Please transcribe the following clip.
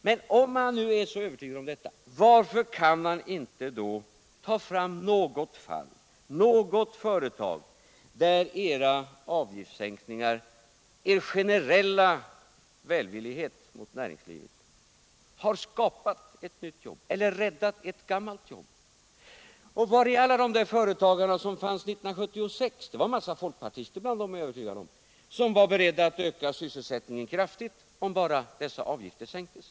Men om man nu är så övertygad om detta, varför kan man inte då ta fram något företag där era avgiftssänkningar, er generella välvillighet mot näringslivet har skapat ett nytt jobb eller räddat ett gammalt jobb? Och var är alla de där företagarna som fanns 1976 — det fanns en massa folkpartister bland dem, det är jag övertygad om —-som var beredda att öka sysselsättningen kraftigt, om bara dessa avgifter sänktes?